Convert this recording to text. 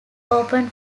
open